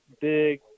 big